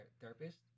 therapist